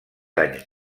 anys